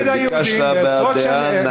ביקשת הבעת דעה.